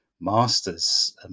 master's